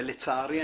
ולצערי,